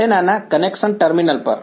antenna ના connection terminals પર